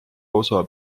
osa